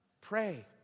Pray